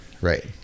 right